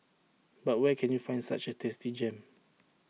but where can you find such A tasty gem